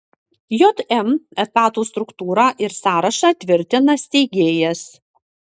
jm etatų struktūrą ir sąrašą tvirtina steigėjas